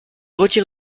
retire